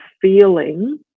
feeling